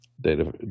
data